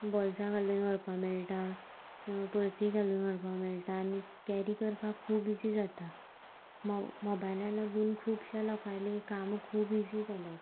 बॉल्सां घालून व्हरपा मेळटा पर्सी घालून व्हरपा मेळटा आनी कॅरी करपाक खूब इझी जाता मो मोबायला लागून खुबशा लोकांलीं काम खूब इझी जाल्यात